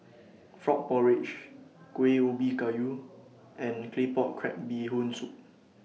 Frog Porridge Kueh Ubi Kayu and Claypot Crab Bee Hoon Soup